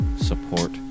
support